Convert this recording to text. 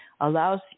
allows